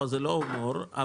זה לא הומור.